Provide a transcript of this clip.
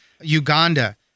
Uganda